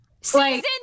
season